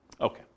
Okay